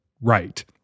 right